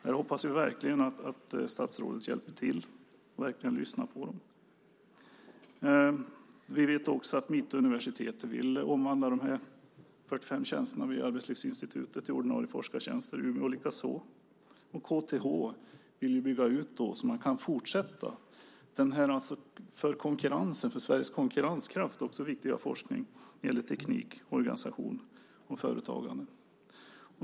Vi hoppas att statsrådet hjälper till där och verkligen lyssnar på dem. Dessutom vet vi att Mittuniversitetet vill omvandla de 45 tjänsterna vid Arbetslivsinstitutet till ordinarie forskartjänster, Umeå universitet likaså. KTH vill bygga ut så att man kan fortsätta med denna för Sveriges konkurrenskraft så viktiga forskning när det gäller teknik, organisation och företagande.